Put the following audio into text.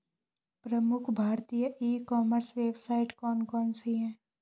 प्रमुख भारतीय e commerce website कौन कौन सी हैं?